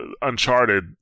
Uncharted